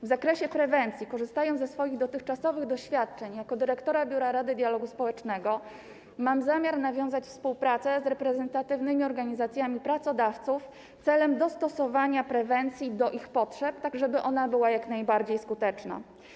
W zakresie prewencji, korzystając ze swoich dotychczasowych doświadczeń dyrektora Biura Rady Dialogu Społecznego, mam zamiar nawiązać współpracę z reprezentatywnymi organizacjami pracodawców celem dostosowania prewencji do ich potrzeb, tak żeby była ona jak najbardziej skuteczna.